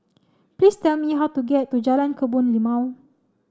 please tell me how to get to Jalan Kebun Limau